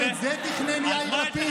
גם את זה תכנן יאיר לפיד?